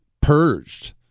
purged